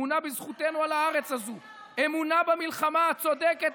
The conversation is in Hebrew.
אמונה בזכותנו על הארץ הזאת ------- אמונה במלחמה הצודקת.